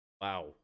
Wow